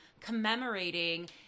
commemorating